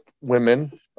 women